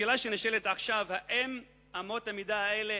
השאלה שנשאלת עכשיו, האם אמות המידה האלה